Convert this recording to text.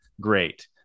Great